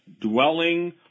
dwelling